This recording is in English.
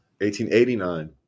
1889